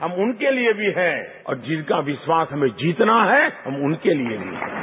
हम उनके लिए भी हैं जिनका विश्वास हमें जीतना है हम उनके लिए भी है